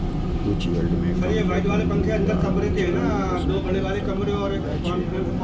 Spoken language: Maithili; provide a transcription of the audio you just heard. उच्च यील्ड कें कम जोखिम आ उच्च आय के संकेतक मानल जाइ छै